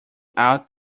out